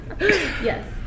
Yes